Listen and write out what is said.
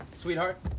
Sweetheart